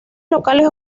locales